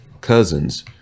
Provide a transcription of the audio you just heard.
cousins